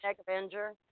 Avenger